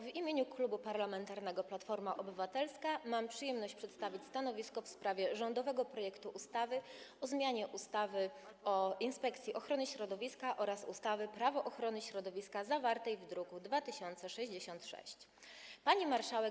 W imieniu Klubu Parlamentarnego Platforma Obywatelska mam przyjemność przedstawić stanowisko w sprawie rządowego projektu ustawy o zmianie ustawy o Inspekcji Ochrony Środowiska oraz ustawy Prawo ochrony środowiska, zawartego w druku nr 2066. Pani Marszałek!